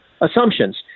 assumptions